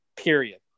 period